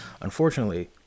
unfortunately